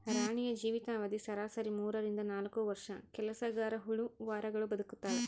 ರಾಣಿಯ ಜೀವಿತ ಅವಧಿ ಸರಾಸರಿ ಮೂರರಿಂದ ನಾಲ್ಕು ವರ್ಷ ಕೆಲಸಗರಹುಳು ವಾರಗಳು ಬದುಕ್ತಾವೆ